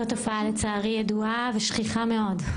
זו תופעה לצערי ידועה ושכיחה מאוד.